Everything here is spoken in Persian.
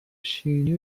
شیرینی